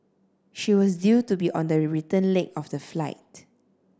she was due to be on the return leg of the flight